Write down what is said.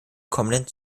kommenden